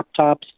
laptops